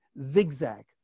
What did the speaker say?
zigzag